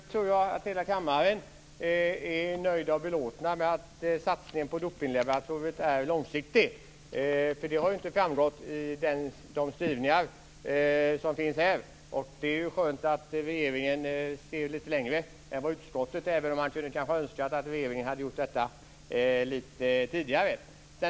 Fru talman! Om vi börjar med den sista delen tror jag att hela kammaren är nöjd och belåten med att satsningen på Dopinglaboratoriet är långsiktig. Det har inte framgått i de skrivningar som finns här. Det är ju skönt att regeringen ser lite längre än utskottet, även om man kunde ha önskat att regeringen hade gjort detta lite tidigare.